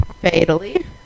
Fatally